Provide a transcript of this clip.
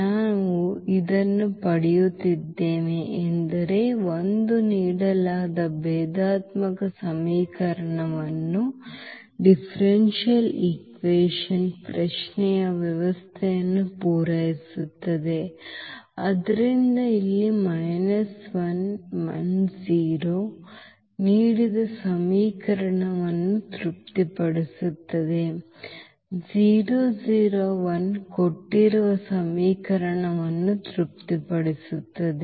ನಾವು ಇದನ್ನು ಪಡೆಯುತ್ತಿದ್ದೇವೆ ಎಂದರೆ 1 ನೀಡಲಾದ ಭೇದಾತ್ಮಕ ಸಮೀಕರಣವನ್ನು ಪ್ರಶ್ನೆಯ ವ್ಯವಸ್ಥೆಯು ಪೂರೈಸುತ್ತದೆ ಆದ್ದರಿಂದ ಇಲ್ಲಿ ನೀಡಿದ ಸಮೀಕರಣವನ್ನು ತೃಪ್ತಿಪಡಿಸುತ್ತದೆ ಕೊಟ್ಟಿರುವ ಸಮೀಕರಣವನ್ನು ತೃಪ್ತಿಪಡಿಸುತ್ತಿದೆ